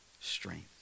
strength